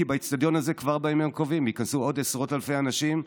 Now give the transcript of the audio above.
כי לאצטדיון הזה כבר בימים הקרובים ייכנסו עוד עשרות אלפי אנשים.